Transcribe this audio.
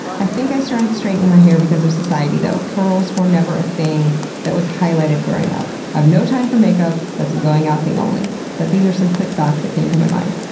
i think i started straightening my hair because of society though. curls were never a thing that was highlighted growing up. i've no time for makeup that's a going-out thing only. but these are some quick thoughts that came to my mind.